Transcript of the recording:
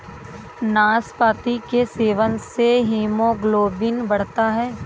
नाशपाती के सेवन से हीमोग्लोबिन बढ़ता है